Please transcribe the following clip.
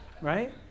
right